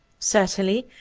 certainly,